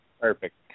Perfect